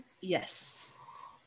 Yes